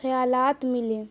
خیالات ملے